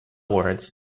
words